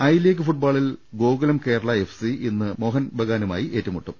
I league ഫുട്ബോളിൽ Gokulam Kerala FC ഇന്ന് മോഹൻബഗാനുമായി ഏറ്റുമുട്ടും